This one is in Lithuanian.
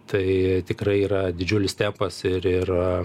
tai tikrai yra didžiulis tempas ir ir